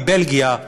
מבלגיה,